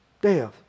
Death